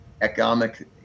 economic